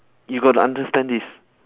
you got to understand this